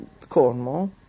Cornwall